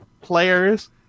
players